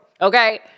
Okay